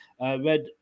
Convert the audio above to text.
red